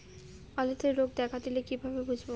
আলুতে রোগ দেখা দিলে কিভাবে বুঝবো?